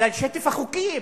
בגלל עודף החוקים.